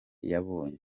yabonye